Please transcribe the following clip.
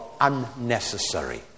unnecessary